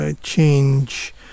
change